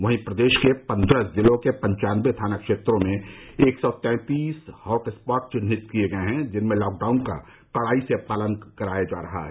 वहीं प्रदेश के पन्द्रह जिलों के पन्चानबे थाना क्षेत्रों में एक सौ तैंतीस हॉटस्पॉट चिन्हित किए गए हैं जिनमें लॉकडाउन का कड़ाई से पालन किया जा रहा है